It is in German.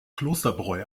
klosterbräu